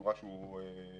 בצורה שהוא בוחר,